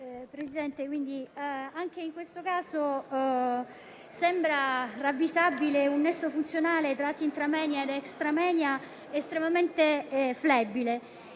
Presidente, anche in questo caso sembra ravvisabile un nesso funzionale tra atti *intra moenia* ed *extra moenia* estremamente flebile.